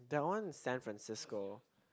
that one San Francisco